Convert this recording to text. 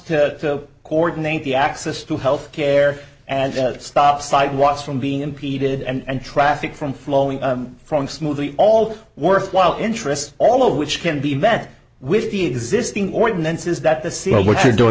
to coordinate the access to health care and stop sidewalks from being impeded and traffic from flowing from smoothly all worthwhile interests all of which can be met with the existing ordinances that the see what they're doing